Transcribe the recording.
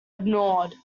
ignored